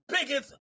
biggest